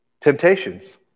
temptations